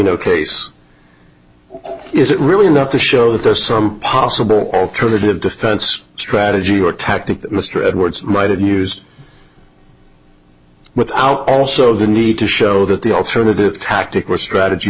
know case is it really enough to show that there's some possible alternative defense strategy or tactic that mr edwards righted used without also the need to show that the alternative tactic or strategy